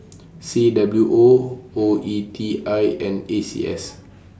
C W O O E T I and A C S